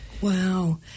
Wow